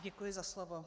Děkuji za slovo.